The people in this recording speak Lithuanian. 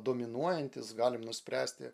dominuojantys galim nuspręsti